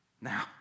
Now